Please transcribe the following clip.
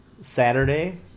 Saturday